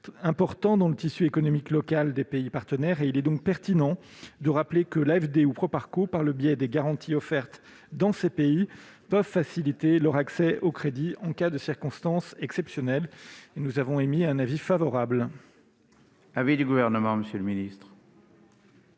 important dans le tissu économique local des pays partenaires. Il est donc pertinent de rappeler que l'AFD ou Proparco, par le biais des garanties offertes dans ces pays, peuvent faciliter leur accès au crédit en cas de circonstances exceptionnelles. La commission émet un avis favorable sur cet amendement. Quel est